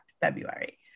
February